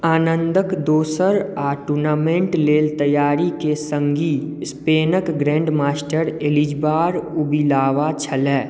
आनन्दक दोसर आ टूर्नामेंट लेल तैआरीके सङ्गी स्पेनक ग्रैंडमास्टर एलिजबार उबिलावा छलै